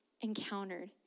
encountered